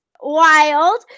wild